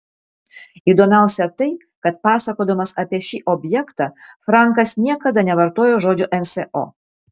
įdomiausia tai kad pasakodamas apie šį objektą frankas niekada nevartojo žodžio nso